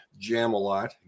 Jamalot